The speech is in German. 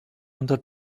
unter